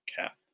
Cap